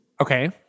Okay